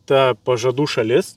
ta pažadų šalis